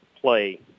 play